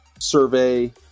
survey